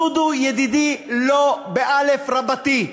דודו, ידידי, לא באל"ף רבתי.